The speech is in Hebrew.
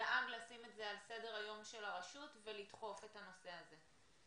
דאג לשים את זה על סדר היום של הרשות ולדחוף את הנושא הזה?